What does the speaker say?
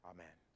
Amen